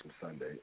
Sunday